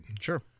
Sure